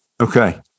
Okay